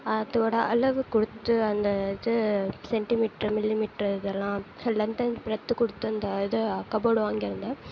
அதோட அளவு கொடுத்து அந்த இது சென்டிமீட்டர் மில்லிமீட்டர் இதெல்லாம் லென்த் அண்ட் ப்ரெட்த் கொடுத்து அந்த இது கபோர்டு வாங்கியிருந்தேன்